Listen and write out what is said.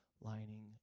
lining